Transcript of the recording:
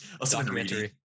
Documentary